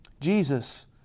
Jesus